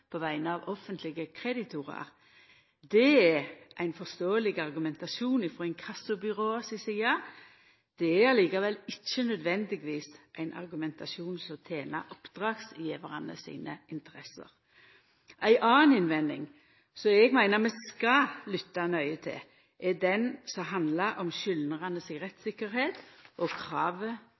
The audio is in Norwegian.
på vegner av offentlege kreditorar. Det er ein forståeleg argumentasjon frå inkassobyråa si side. Det er likevel ikkje nødvendigvis ein argumentasjon som tener oppdragsgjevarane sine interesser. Ei anna innvending eg meiner vi skal lytta nøye til, er den som handlar om skyldnarane si rettstryggleik og kravet